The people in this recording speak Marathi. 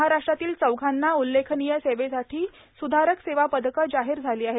महाराष्ट्रातील चौघांना उल्लेखनीय सेवेसाठो सुधारक सेवा पदकं जाहोर झालो आहेत